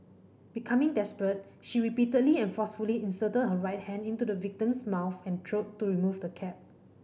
becoming desperate she repeatedly and forcefully inserted her right hand into the victim's mouth and throat to remove the cap